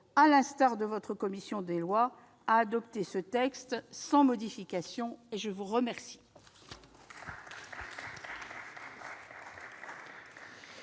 à l'instar de votre commission des lois, à adopter ce texte sans modification. Très bien